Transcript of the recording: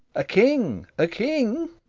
a king, a king!